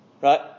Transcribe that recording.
right